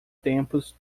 tempos